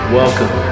welcome